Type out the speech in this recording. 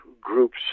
groups